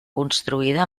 construïda